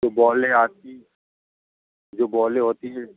जो बॉलें आती जो बॉलें होती हैं